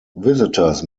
visitors